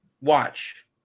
watch